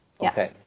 Okay